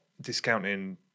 discounting